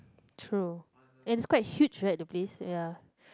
true and it's quite huge right the place ya